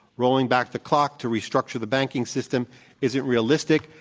rolling back the clock to restructure the banking system isn't realistic,